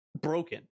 broken